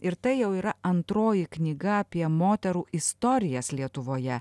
ir tai jau yra antroji knyga apie moterų istorijas lietuvoje